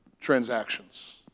transactions